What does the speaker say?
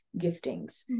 giftings